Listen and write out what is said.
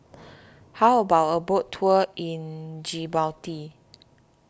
how about a boat tour in Djibouti